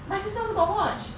my sister also got watch